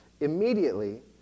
Immediately